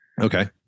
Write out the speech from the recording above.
Okay